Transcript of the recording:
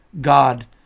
God